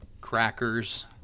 Crackers